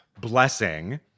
blessing